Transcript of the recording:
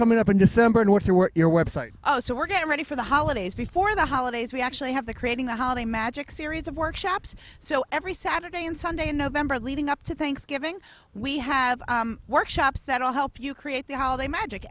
coming up in december and what you were your website so we're getting ready for the holidays before the holidays we actually have the creating the holiday magic series of workshops so every saturday and sunday in november leading up to thanksgiving we have workshops that will help you create the holiday magic